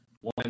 One